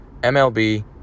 MLB